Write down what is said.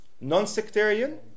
non-sectarian